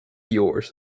yours